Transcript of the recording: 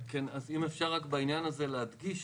אם אפשר רק בענין הזה להדגיש,